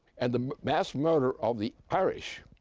and the mass-murder of the irish,